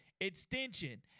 extension –